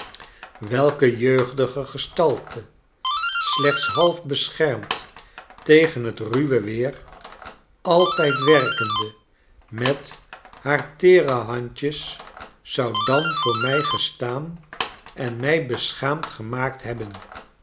welke jeugdige gestalte slechts naif beschermd tegen het ruwe weer altijd werkende met haar teere handjes zou dan voor mij gestaan en mij beschaamd gemaakt hebben